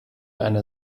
einer